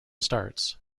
starts